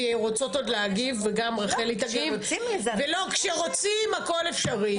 כי רוצות עוד להגיב וגם רחלי תגיב ולא כשרוצים הכול אפשרי.